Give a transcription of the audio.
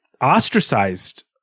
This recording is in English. ostracized